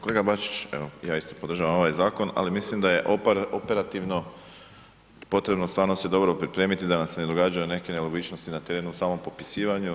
Kolega Bačić, evo ja isto podržavam zakon ali mislim da je operativno potrebno stvarno se dobro pripremiti da nam se ne događa neke nelogičnosti na terenu u samom popisivanju.